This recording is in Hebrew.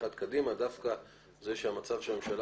בלקיחת קדימה דווקא זה שהמצב שהממשלה